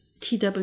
TW